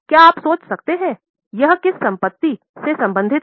क्या आप सोच सकते हैं यह किस संपत्ति से संबंधित हैं